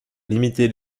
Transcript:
limité